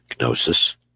Gnosis